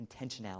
intentionality